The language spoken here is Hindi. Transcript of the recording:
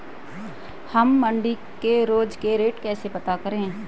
हम मंडी के रोज के रेट कैसे पता करें?